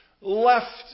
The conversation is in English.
left